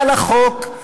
מעל החוק,